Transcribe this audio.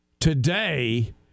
today